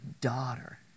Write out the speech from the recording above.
daughter